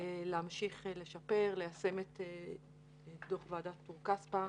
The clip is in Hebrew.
להמשיך לשפר, ליישם את דוח ועדת טור-כספא.